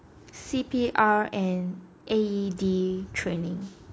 C_P_R and A_E_D training